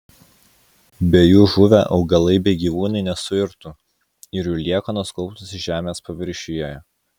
be jų žuvę augalai bei gyvūnai nesuirtų ir jų liekanos kauptųsi žemės paviršiuje